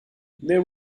there